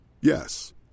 Yes